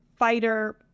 fighter